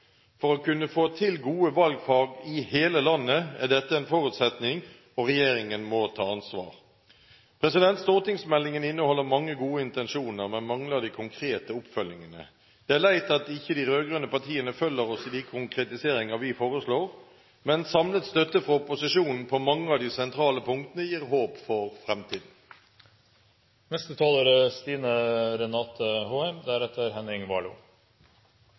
For å kunne få til gode valgfag i hele landet er dette en forutsetning, og regjeringen må ta ansvar. Denne stortingsmeldingen inneholder mange gode intensjoner, men mangler den konkrete oppfølgingen. Det er leit at ikke de rød-grønne partiene følger oss i de konkretiseringer vi foreslår, men samlet støtte fra opposisjonen på mange av de sentrale punktene gir håp for